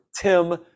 Tim